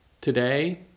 today